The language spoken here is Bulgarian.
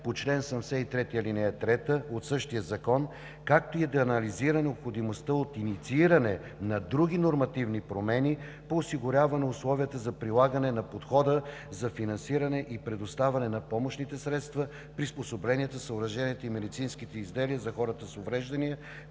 по чл. 73, ал. 3 от същия закон, както и да анализира необходимостта от иницииране на други нормативни промени по осигуряване условията за прилагане на подхода за финансиране и предоставяне на помощните средства, приспособленията, съоръженията и медицинските изделия за хората с увреждания,